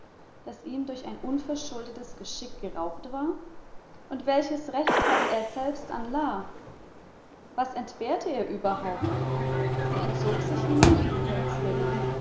das ihm durch ein unverschuldetes geschick geraubt war und welches recht hatte er selbst an la was entbehrte er überhaupt sie entzog sich ihm nicht um